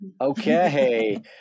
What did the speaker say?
Okay